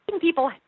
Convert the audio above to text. people